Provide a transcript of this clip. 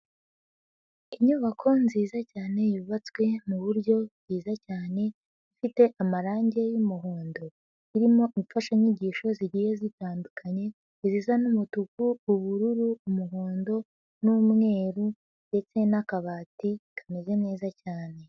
Inyubako nziza cyane yubatswe mu buryo bwiza cyane, ifite amarangi y'umuhondo, irimo imfashanyigisho zigiye zitandukanye, izisa n'umutuku, ubururu, umuhondo n'umweru ndetse n'akabati, kameze neza cyane.